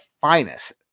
finest